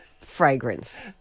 fragrance